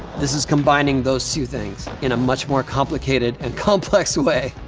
this is combining those two things in a much more complicated and complex way.